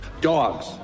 Dogs